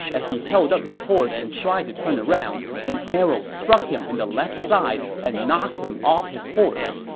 as he held up his horse and tried to turn around, an arrow struck him in the left side and knocked him off his horse.